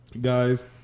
Guys